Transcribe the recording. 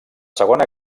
segona